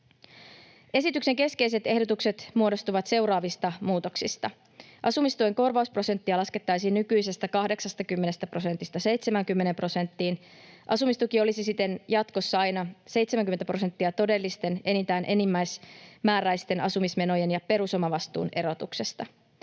Esityksen keskeiset ehdotukset muodostuvat seuraavista muutoksista. Asumistuen korvausprosenttia laskettaisiin nykyisestä 80 prosentista 70 prosenttiin. Asumistuki olisi siten jatkossa aina 70 prosenttia todellisten, enintään enimmäismääräisten asumismenojen ja perusomavastuun erotuksesta.